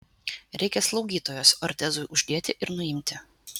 reikia slaugytojos ortezui uždėti ir nuimti